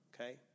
okay